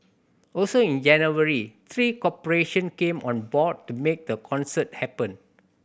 also in January three corporation came on board to make the concert happen